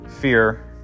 fear